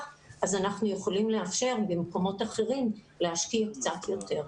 כך שאנחנו יכולים לאפשר במקומות אחרים להשקיע קצת יותר.